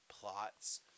plots